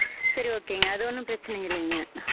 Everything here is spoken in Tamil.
சரி ஓகேங்க அது ஒன்றும் பிரச்சனை இல்லைங்க